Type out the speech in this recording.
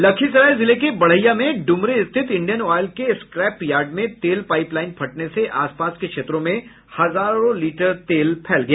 लखीसराय जिले के बड़हिया में ड्रमरी स्थित इंडियन ऑयल के स्क्रैप यार्ड में तेल पाईप लाईन फटने से आसपास के क्षेत्रों में हजारों लीटर तेल फैल गया